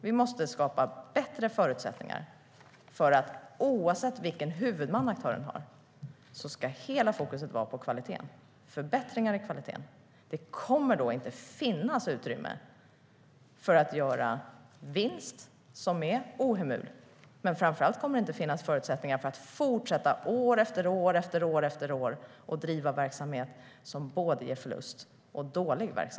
Vi måste skapa bättre förutsättningar för att oavsett vilken huvudman aktören har ska fokus hela tiden vara på kvaliteten och förbättringar i kvaliteten. Det kommer då inte att finnas utrymme för att göra vinst som är ohemul. Framför allt kommer det inte att finnas förutsättningar att fortsätta att år efter år driva verksamhet som både ger förlust och är dålig.